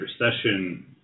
Recession